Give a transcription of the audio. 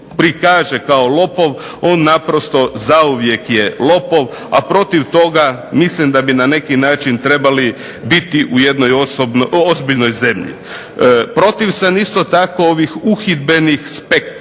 prikaže kao lopov on naprosto zauvijek je lopov, a protiv toga mislim da bi na neki način trebali biti u jednoj ozbiljnoj zemlji. Protiv sam ovih uhidbenih spektakala,